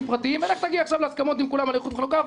פרטיים ולך תגיע עכשיו להסכמות עם כולם על איחוד וחלוקה.